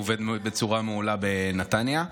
הוא עובד בצורה מעולה בנתניה.